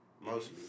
mostly